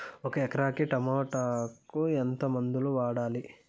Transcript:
ఒక ఎకరాకి టమోటా కు ఎంత మందులు వాడాలి?